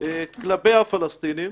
כלפי הפלסטינים.